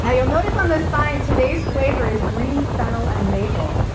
ah you'll notice on the sign, today's flavor is green fennel and maple.